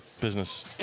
Business